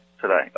today